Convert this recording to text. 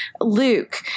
luke